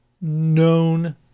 known